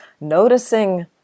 Noticing